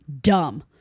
Dumb